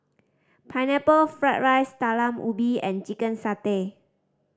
Pineapple Fried rice Talam Ubi and chicken satay